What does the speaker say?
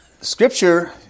scripture